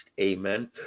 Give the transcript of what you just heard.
amen